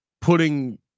putting –